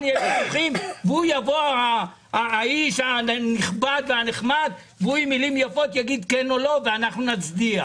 יהיו ויכוחים והוא יבוא כאיש הנחמד ויגיד מילים יפות ואנחנו נצדיע.